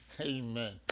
Amen